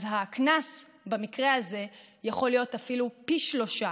אז הקנס במקרה הזה יכול להיות אפילו פי שלושה,